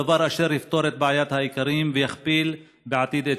דבר אשר יפתור את בעיית האיכרים ויכפיל בעתיד את